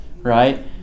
Right